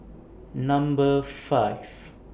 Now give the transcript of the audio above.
Number five